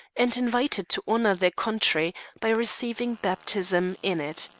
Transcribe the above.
and invited to honour their country by receiving baptism in it.